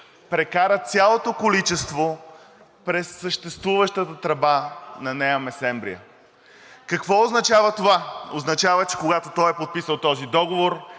прекара цялото количество през съществуващата тръба на Неа Месемврия. Какво означава това? Означава, че когато той е подписал този договор,